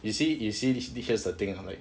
you see you see here's the thing lah like